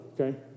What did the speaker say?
okay